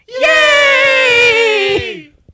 Yay